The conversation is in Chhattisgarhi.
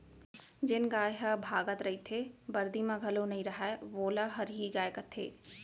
जेन गाय हर भागत रइथे, बरदी म घलौ नइ रहय वोला हरही गाय कथें